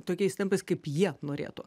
tokiais tempais kaip jie norėtų